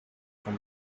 from